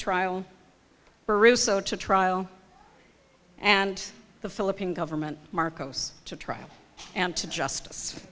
trial brousseau to trial and the philippine government marcos to trial and to justice